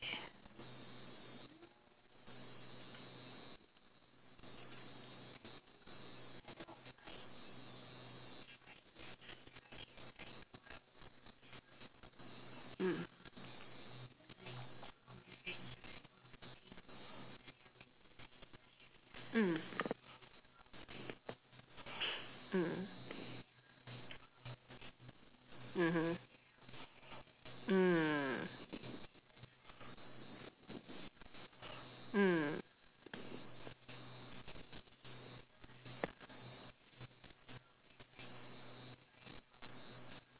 mm mm mm mmhmm mm mm